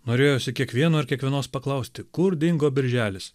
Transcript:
norėjosi kiekvieno ir kiekvienos paklausti kur dingo birželis